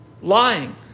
lying